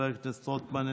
חבר הכנסת רוטמן,